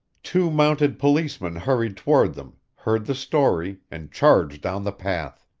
two mounted policemen hurried toward them, heard the story, and charged down the path.